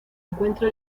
encuentra